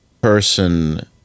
person